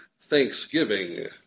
Thanksgiving